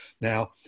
Now